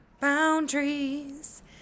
boundaries